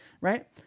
right